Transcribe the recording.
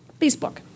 facebook